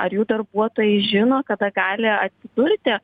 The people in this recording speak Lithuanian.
ar jų darbuotojai žino kada gali atsidurti